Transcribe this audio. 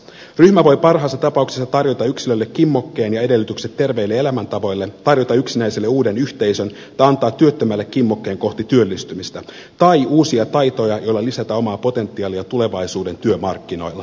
ryhmä voi parhaassa tapauksessa tarjota yksilölle kimmokkeen ja edellytykset terveille elämäntavoille tarjota yksinäiselle uuden yhteisön tai antaa työttömälle kimmokkeen kohti työllistymistä tai uusia taitoja joilla lisätä omaa potentiaalia tulevaisuuden työmarkkinoilla